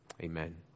Amen